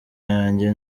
yanjye